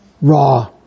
raw